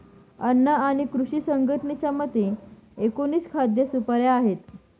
अन्न आणि कृषी संघटनेच्या मते, एकोणीस खाद्य सुपाऱ्या आहेत